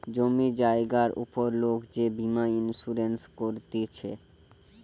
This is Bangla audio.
জমি জায়গার উপর লোক যে বীমা ইন্সুরেন্স করতিছে